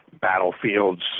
battlefields